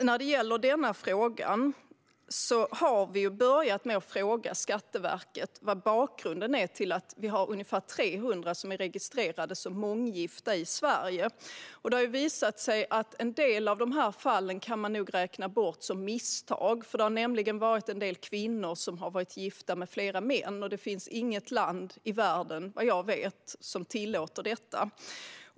När det gäller denna fråga har vi börjat med att fråga Skatteverket vad bakgrunden är till att ungefär 300 personer är registrerade som månggifta i Sverige. Det har visat sig att man nog kan räkna bort en del av de här fallen som misstag. Det har handlat om kvinnor som har varit registrerade som gifta med flera män, och det finns inget land i världen, vad jag vet, som tillåter detta.